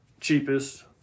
cheapest